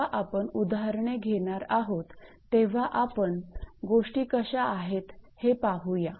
जेव्हा आपण उदाहरणे घेणार आहोत तेव्हा आपण गोष्टी कशा आहेत हे पाहूया